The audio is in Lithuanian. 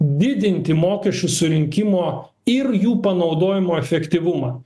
didinti mokesčių surinkimo ir jų panaudojimo efektyvumą